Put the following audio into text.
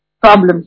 problems